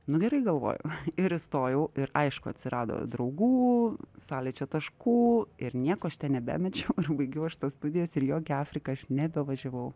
nu gerai galvoju ir įstojau ir aišku atsirado draugų sąlyčio taškų ir nieko aš ten nebemečiau ir baigiau aš tas studijas ir į jokią afriką aš nebevažiavau